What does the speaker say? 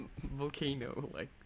volcano-like